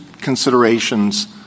considerations